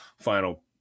final